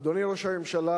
אדוני ראש הממשלה,